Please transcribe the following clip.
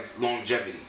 longevity